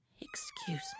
Excuse